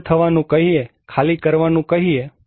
સજ્જ થવાનું કહીએ ખાલી કરવાનું કહીએ